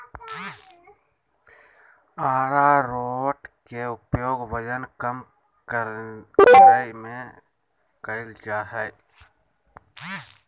आरारोट के उपयोग वजन कम करय में कइल जा हइ